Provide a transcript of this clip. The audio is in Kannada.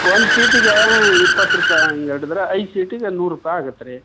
ಒಂದು ಸೀಟಿಗೆ ಇಪ್ಪತ್ತು ರೂಪಾಯಿ ಹಂಗ್ ಹಿಡ್ದ್ರ ಐದು ಸೀಟಿಗೆ ನೂರು ರೂಪಾಯಿ ಆಗತ್ತೆ ರಿ